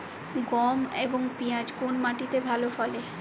গম এবং পিয়াজ কোন মাটি তে ভালো ফলে?